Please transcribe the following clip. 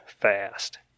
fast